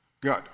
Good